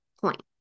point